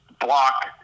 block